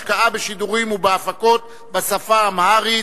השקעה בשידורים ובהפקות בשפה האמהרית),